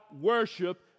worship